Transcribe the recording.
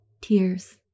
tears